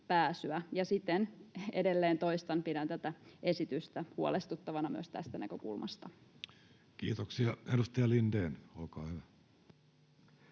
siten, edelleen toistan, pidän tätä esitystä huolestuttavana myös tästä näkökulmasta. Kiitoksia. — Edustaja Lindén, olkaa hyvä.